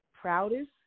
proudest